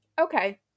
okay